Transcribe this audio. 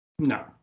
No